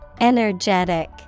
Energetic